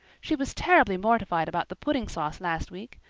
she was terribly mortified about the pudding sauce last week.